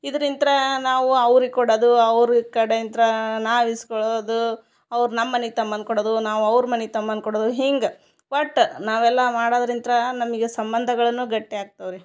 ಇದ್ರಿಂತರಾ ನಾವು ಅವ್ರಿಗೆ ಕೊಡದು ಅವ್ರು ಕಡೆಂತರಾ ನಾವು ಇಸ್ಕೊಳದೂ ಅವ್ರು ನಮ್ಮ ಮನಿಗೆ ತಮ್ಮನ ಕೊಡದು ನಾವು ಅವ್ರ ಮನಿಗೆ ತಮ್ಮನ ಕೊಡದು ಹಿಂಗ ಒಟ್ಟ್ ನಾವೆಲ್ಲ ಮಾಡೋದ್ರಿಂತರಾ ನಮಗೆ ಸಂಬಂಧಗಳನ್ನೂ ಗಟ್ಟಿ ಆಗ್ತವ್ರಿ